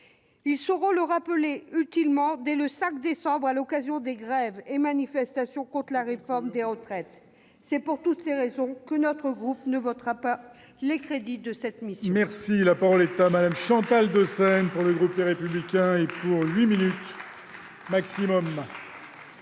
Ils sauront le rappeler utilement dès le 5 décembre à l'occasion des grèves et manifestations contre la réforme des retraites. Pour toutes ces raisons, le groupe CRCE ne votera pas les crédits de cette mission.